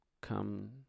come